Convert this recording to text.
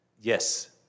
yes